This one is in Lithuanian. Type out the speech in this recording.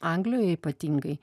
anglijoje ypatingai